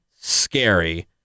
scary